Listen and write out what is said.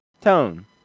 Tone